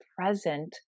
present